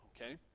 Okay